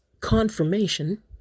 Confirmation